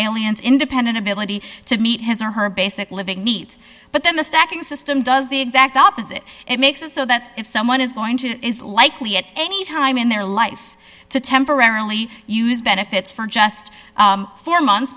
alien's independent ability to meet his or her basic living needs but then the stacking system does the exact opposite it makes it so that if someone is going to likely at any time in their life to temporarily use benefits for just four months